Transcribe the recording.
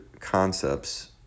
concepts